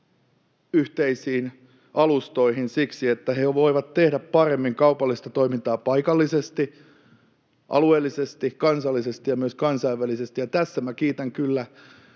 yhteisiin alustoihin, siksi, että he voivat tehdä paremmin kaupallista toimintaa paikallisesti, alueellisesti, kansallisesti ja myös kansainvälisesti. Ja tässä kiitän kyllä